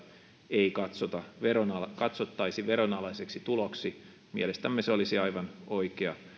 ei katsottaisi veronalaiseksi tuloksi mielestämme se olisi aivan oikea